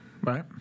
Right